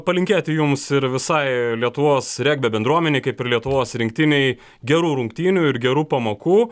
palinkėti jums ir visai lietuvos regbio bendruomenei kaip ir lietuvos rinktinei gerų rungtynių ir gerų pamokų